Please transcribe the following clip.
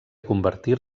convertir